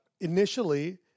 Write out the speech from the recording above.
initially